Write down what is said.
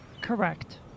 Correct